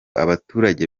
abaturage